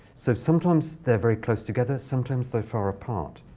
so sometimes, they're very close together. sometimes, they're far apart.